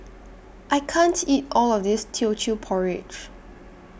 I can't eat All of This Teochew Porridge